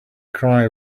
cry